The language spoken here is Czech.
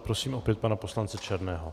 Prosím opět pana poslance Černého.